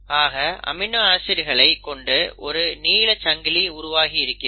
ஆக அமினோ ஆசிட்களை கொண்ட ஒரு நீண்ட சங்கிலி உருவாகி இருக்கிறது